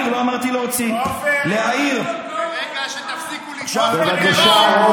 מי שיכנה,